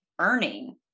earning